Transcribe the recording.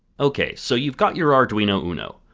okay, so you've got your arduino uno.